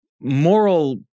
moral